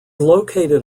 located